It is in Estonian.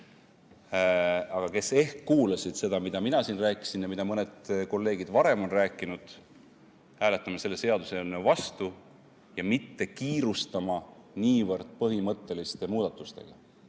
aga kes ehk kuulasid seda, mida mina siin rääkisin ja mida mõned kolleegid varem on rääkinud, hääletama selle seaduseelnõu vastu ja mitte kiirustama niivõrd põhimõtteliste muudatustega.